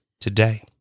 today